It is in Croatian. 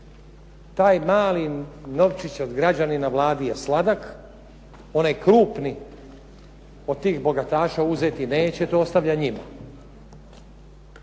Taj mali novčić od građanina Vladi je sladak. Onaj krupni od tih bogataša uzeti neće, to ostavlja njima.